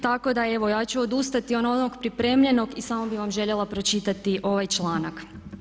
Tako da evo ja ću odustati od onog pripremljenog i samo bih vam željela pročitati ovaj članak.